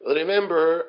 remember